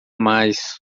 mais